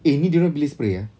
eh ini diorang boleh spray eh